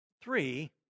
Three